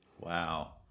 Wow